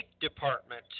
Department